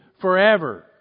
forever